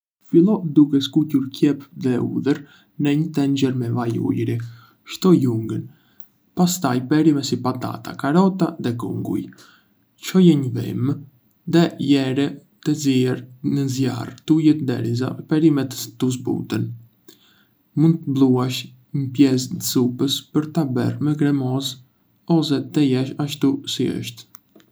Nisë duke skuqur qepë dhe hudhër në një tenxhere me vaj ulliri. Shto lëngun, pastaj perime si patate, karrota dhe kunguj. Çoje në vlim dhe lëre të ziejë në zjarr të ulët derisa perimet të zbuten. Mund të bluash një pjesë të supës për ta bërë më kremoze ose ta lësh ashtu siç është.